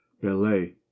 Belay